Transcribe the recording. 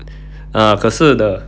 ah 可是 the